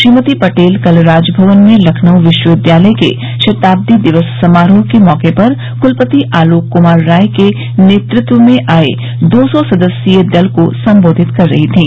श्रीमती पटेल कल राजभवन में लखनऊ विश्वविद्यालय के शताब्दी दिवस समारोह के मौके पर कलपति आलोक कुमार राय के नेतृत्व में आये दो सौ सदस्यीय दल को सम्बोधित कर रही थीं